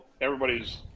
Everybody's